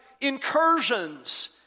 incursions